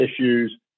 issues